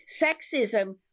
Sexism